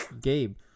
Gabe